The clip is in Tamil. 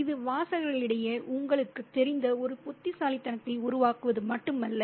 இது வாசகர்களிடையே உங்களுக்குத் தெரிந்த ஒரு புத்திசாலித்தனத்தை உருவாக்குவது மட்டுமல்ல